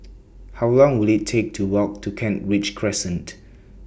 How Long Will IT Take to Walk to Kent Ridge Crescent